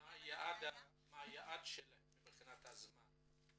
--- מה היעד שלכם מבחינת הזמן?